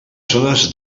zones